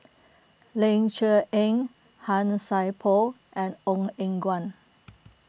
Ling Cher Eng Han Sai Por and Ong Eng Guan